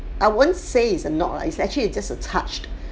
I won't say is a knock lah is actually just a touch